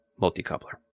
multi-coupler